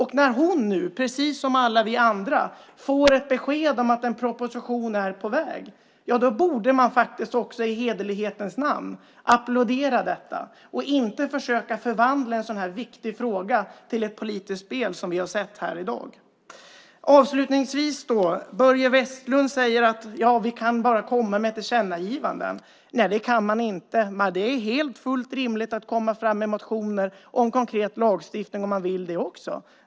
Hon får, precis som alla vi andra, ett besked om att en proposition är på väg. Då borde man i hederlighetens namn applådera detta och inte försöka förvandla en sådan här viktig fråga till ett politiskt spel som vi har sett här i dag. Börje Vestlund säger att man bara kan komma med tillkännagivanden. Så är det inte. Det är helt fullt rimligt att komma fram med motioner om konkret lagstiftning om man vill det också.